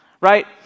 right